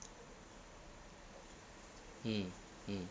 mm mm